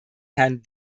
herrn